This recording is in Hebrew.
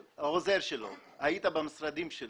שלו, היית במשרדים שלו.